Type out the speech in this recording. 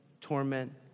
torment